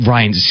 Ryan